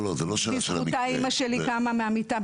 בזכותה אימא שלי קמה מהמיטה.